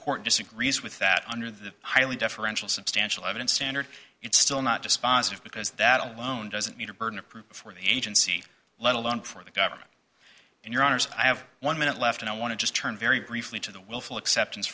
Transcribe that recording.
court disagrees with that under the highly deferential substantial evidence standard it's still not dispositive because that alone doesn't mean a burden of proof for the agency let alone for the government and your honors i have one minute left and i want to just turn very briefly to the willful acceptance